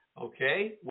okay